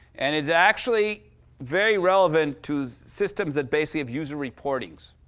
and it's actually very relevant to systems that basically have user reportings.